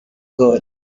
good